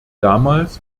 damals